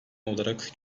olarak